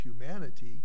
humanity